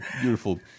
beautiful